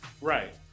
Right